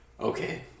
Okay